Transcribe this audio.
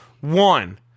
One